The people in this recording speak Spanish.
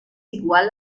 igual